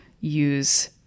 use